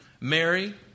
Mary